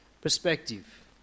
perspective